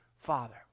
Father